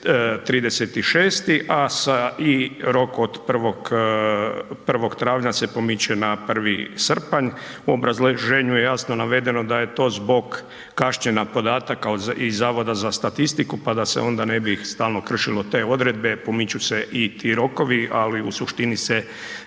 30.6., a sa i rok od 1. travnja se pomiče na 1. srpanj. U obrazloženju je jasno navedeno da je to zbog kašnjenja podataka iz Zavoda za statistiku, pa da se onda ne bi stalno kršilo te odredbe, pomiču se i ti rokovi, ali u suštini se